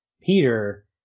Peter